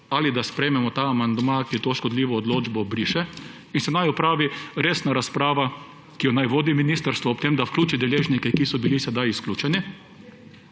ali da sprejmemo ta amandma, ki to škodljivo odločbo briše in se naj opravi resna razprava, ki naj jo vodi ministrstvo ob tem, da vključi deležnike, ki so bili sedaj izključeni,